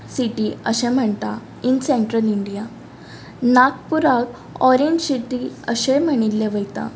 city अशें म्हणटा ईन सँट्रल इंडिया नागपुराक ऑरेंज शिटी अशेंय म्हणिल्लें वयता